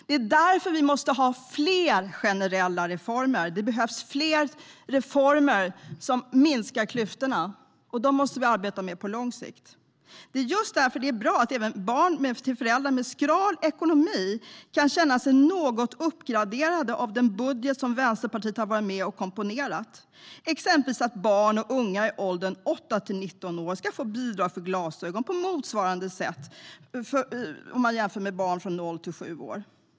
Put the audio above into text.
Det är därför vi måste ha fler generella reformer. Det behövs fler reformer som minskar klyftorna, och de måste vi arbeta med på lång sikt. Det är just därför det är bra att även barn till föräldrar med skral ekonomi kan känna sig något uppgraderade av den budget som Vänsterpartiet har varit med och komponerat. Barn och unga i åldern 8-19 år ska till exempel få bidrag för glasögon på motsvarande sätt som barn åldern 0-7 år.